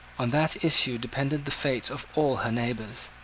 on that issue depended the fate of all her neighbours.